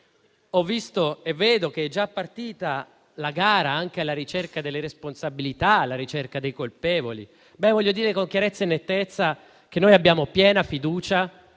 Ho visto e vedo che è già partita la gara anche alla ricerca delle responsabilità e dei colpevoli. Voglio dire con chiarezza e nettezza che noi abbiamo piena fiducia